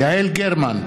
יעל גרמן,